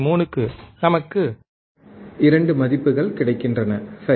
3க்கு நமக்கு 2 மதிப்புகள் கிடைக்கின்றன சரி